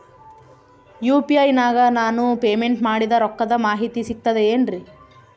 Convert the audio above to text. UPI ನಾಗ ನಾನು payment ಮಾಡಿದ ರೊಕ್ಕದ ಮಾಹಿತಿ ಸಿಕ್ತದೆ ಏನ್ರಿ?